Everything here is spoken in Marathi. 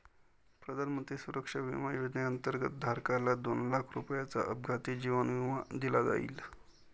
प्रधानमंत्री सुरक्षा विमा योजनेअंतर्गत, धारकाला दोन लाख रुपयांचा अपघाती जीवन विमा दिला जाईल